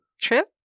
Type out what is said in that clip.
trip